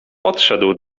podszedł